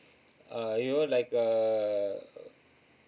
uh you know like err